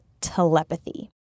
telepathy